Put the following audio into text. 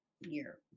year